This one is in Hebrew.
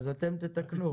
אז אתם תתקנו?